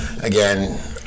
again